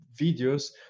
videos